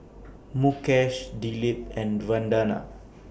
Mukesh Dilip and Vandana